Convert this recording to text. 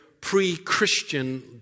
pre-Christian